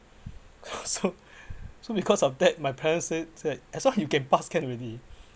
so so because of that my parent said said as long as you can pass can already